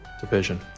Division